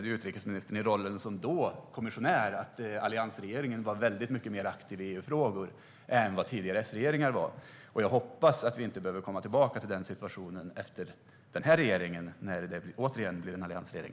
Utrikesministern som då var kommissionär konstaterade att alliansregeringen var mycket mer aktiv i EU-frågor än tidigare S-regeringar. Jag hoppas att det inte är samma situation efter denna regering när det åter blir en alliansregering.